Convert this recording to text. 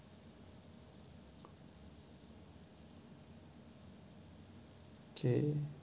okay